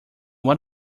what